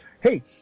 Hey